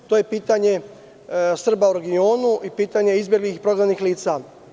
To je pitanje Srba u regionu i pitanje izbeglih i prognanih lica.